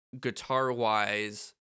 guitar-wise